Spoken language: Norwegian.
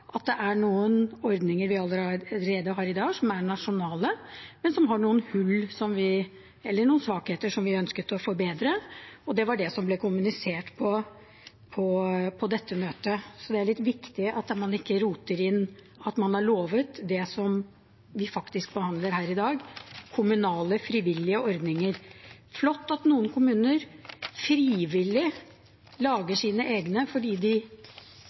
at det er noen ordninger vi allerede har i dag som er nasjonale, men som har noen hull eller noen svakheter som vi ønsket å forbedre. Det var det som ble kommunisert på dette møtet. Det er litt viktig at man ikke roter inn at man har lovet det vi faktisk behandler her i dag, kommunale frivillige ordninger. Det er flott at noen kommuner frivillig lager sine egne ordninger fordi de